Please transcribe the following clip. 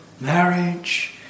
marriage